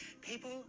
people